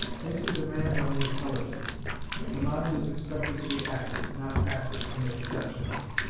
makes a demand on the intelligence the mind is expected to be active, not passive, in the reception of it.